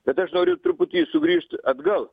bet aš noriu truputį sugrįžt atgal